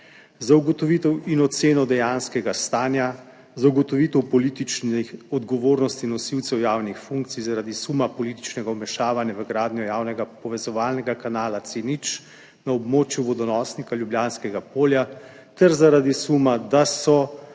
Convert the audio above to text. za ugotovitev in oceno dejanskega stanja, za ugotovitev politične odgovornosti nosilcev javnih funkcij zaradi suma političnega vmešavanja v gradnjo javnega povezovalnega kanala C0 na območju vodonosnika Ljubljanskega polja ter zaradi suma, da so